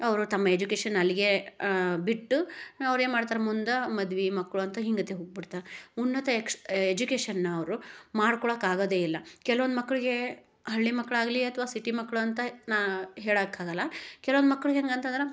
ಅವರು ತಮ್ಮ ಎಜುಕೇಶನ್ ಅಲ್ಲಿಗೆ ಬಿಟ್ಟು ಅವ್ರೇನು ಮಾಡ್ತಾರೆ ಮುಂದೆ ಮದ್ವೆ ಮಕ್ಕಳು ಅಂತ ಹಿಂಗತೆ ಹೋಗ್ಬಿಡ್ತಾರೆ ಉನ್ನತ ಎಕ್ಸ್ ಎಜುಕೇಶನ್ನವರು ಮಾಡ್ಕೊಳಕಾಗೋದೇ ಇಲ್ಲ ಕೆಲ್ವೊಂದು ಮಕ್ಕಳಿಗೆ ಹಳ್ಳಿ ಮಕ್ಕಳಾಗ್ಲಿ ಅಥ್ವಾ ಸಿಟಿ ಮಕ್ಳು ಅಂತ ನಾ ಹೇಳೋಕ್ಕಾಗಲ್ಲ ಕೆಲವೊಂದು ಮಕ್ಳು ಹೆಂಗಂತಂದ್ರೆ